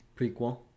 prequel